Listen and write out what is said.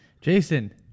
Jason